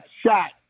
shot